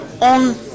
on